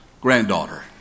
granddaughter